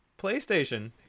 PlayStation